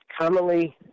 commonly